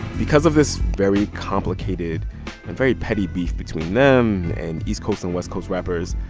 because of this very complicated and very petty beef between them and east coast and west coast rappers,